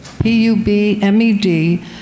P-U-B-M-E-D